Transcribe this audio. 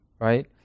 right